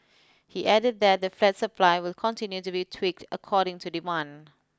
he added that the flat supply will continue to be tweaked according to demand